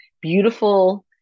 beautiful